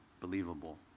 believable